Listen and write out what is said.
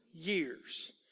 years